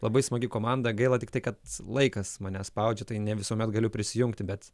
labai smagi komanda gaila tiktai kad laikas mane spaudžia tai ne visuomet galiu prisijungti bet